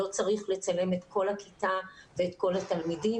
לא צריך לצלם את כל הכיתה ואת כל התלמידים